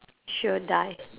sure die